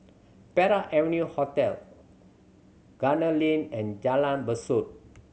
Park Avenue Hotel Gunner Lane and Jalan Besut